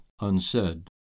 unsaid